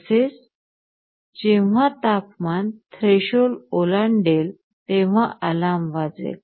तसेच जेव्हा तापमान थ्रेशओल्ड ओलांडेल तेव्हा अलार्म वाजेल